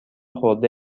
خورده